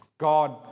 God